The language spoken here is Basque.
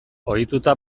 ohituta